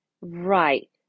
Right